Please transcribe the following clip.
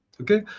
okay